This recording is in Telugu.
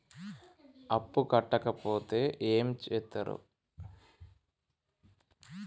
అప్పు కట్టకపోతే ఏమి చేత్తరు?